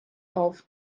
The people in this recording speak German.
auf